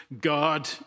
God